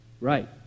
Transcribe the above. right